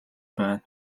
байна